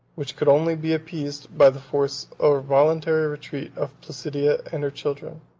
which could only be appeased by the forced or voluntary retreat of placidia and her children.